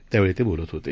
त्यावेळी ते बोलत होते